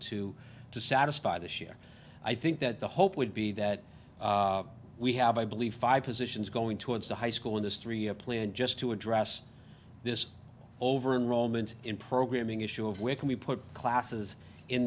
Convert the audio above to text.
to to satisfy this year i think that the hope would be that we have i believe five positions going towards the high school in this three year plan just to address this over in romans in programming issue of where can we put classes in